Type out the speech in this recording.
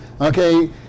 Okay